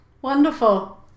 Wonderful